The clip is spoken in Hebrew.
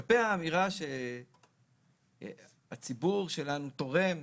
בעניין האמירה שהציבור שלנו תורם,